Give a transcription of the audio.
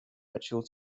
ritual